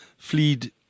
Fleed